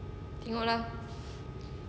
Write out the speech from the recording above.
tengok lah